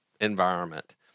environment